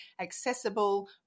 accessible